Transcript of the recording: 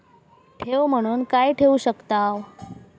ठेव म्हणून काय ठेवू शकताव?